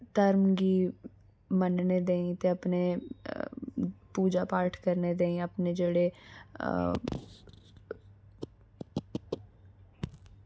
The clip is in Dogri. हर धर्म गी मनने ताहीं ते अपने पूजा पाठ करने ताहीं अपने जेह्ड़े